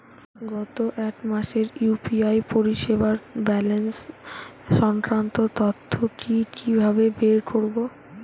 গত এক মাসের ইউ.পি.আই পরিষেবার ব্যালান্স সংক্রান্ত তথ্য কি কিভাবে বের করব?